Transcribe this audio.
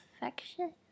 affection